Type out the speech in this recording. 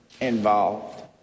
involved